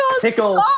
Tickle